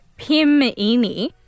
Pimini